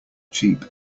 cheap